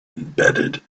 embedded